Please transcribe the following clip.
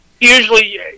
Usually